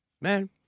Man